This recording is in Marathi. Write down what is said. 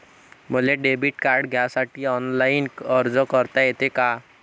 मले डेबिट कार्ड घ्यासाठी ऑनलाईन अर्ज करता येते का?